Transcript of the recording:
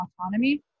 autonomy